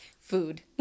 food